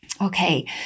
Okay